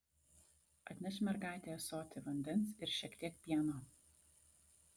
atnešk mergaitei ąsotį vandens ir šiek tiek pieno